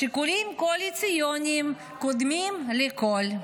שיקולים קואליציוניים קודמים לכול".